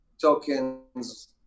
tokens